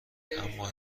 اما